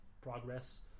progress